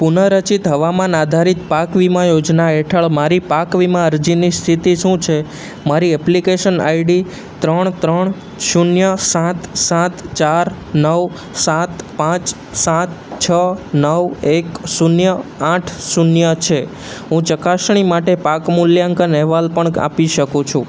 પુન રચિત હવામાન આધારિત પાક વીમા યોજના હેઠળ મારી પાક વીમા અરજીની સ્થિતિ શું છે મારી એપ્લિકેશન આઈડી ત્રણ ત્રણ શૂન્ય સાત સાત ચાર નવ સાત પાંચ સાત છ નવ એક શૂન્ય આઠ શૂન્ય છે હું ચકાસણી માટે પાક મૂલ્યાંકન અહેવાલ પણ આપી શકું છું